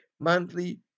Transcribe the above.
monthly